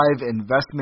investment